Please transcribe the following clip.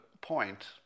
point